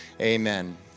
amen